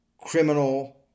criminal